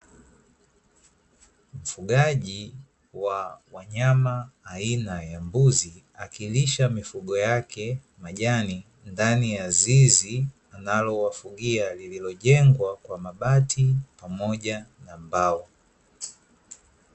Mfugaji wa wanyama aina ya mbuzi akilisha mifugo yake majani ndani ya zizi analowafugia, lililojengwa kwa mabati pamoja na mbao.